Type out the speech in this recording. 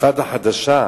לאינתיפאדה חדשה.